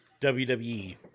wwe